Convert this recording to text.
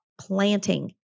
planting